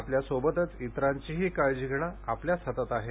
आपल्यासोबतच इतरांचीही काळजी घेणं आपल्याच हातात आहे